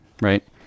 right